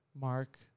Mark